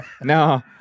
No